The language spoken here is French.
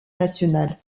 national